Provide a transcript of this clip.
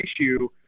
issue